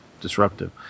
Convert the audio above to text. disruptive